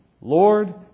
Lord